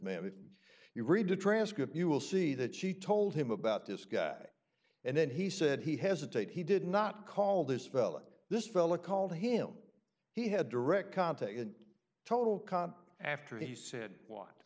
if you read the transcript you will see that she told him about this guy and then he said he has a tape he did not call this felon this fella called him he had direct contact in total con after he said